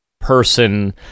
person